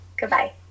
Goodbye